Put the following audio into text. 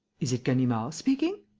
is it ganimard speaking?